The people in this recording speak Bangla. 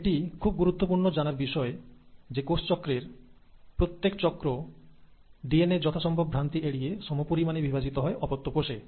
এটি খুব গুরুত্ব পূর্ণ জানার বিষয় যে কোষচক্রের প্রত্যেক চক্র ডিএনএ যথাসম্ভব ভ্রান্তি এড়িয়ে সমপরিমানে বিভাজিত হয় অপত্য কোষে